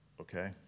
Okay